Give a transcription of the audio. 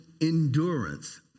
endurance